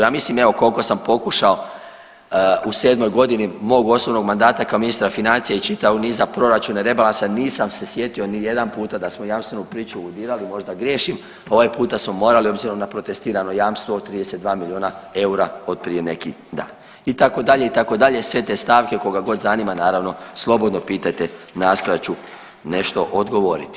Ja mislim evo koliko sam pokušao u 7 godini mog osobnog mandata kao ministar financija i čitavog niza proračuna i rebalansa nisam se sjetio ni jedan puta da smo jamstvenu priču urgirali, možda griješim, ovaj puta smo morali obzirom na protestirano jamstvo od 32 miliona eura od prije neki dan, itd., itd. sve te stavke koga god zanima naravno slobodno pitajte nastojat ću nešto odgovoriti.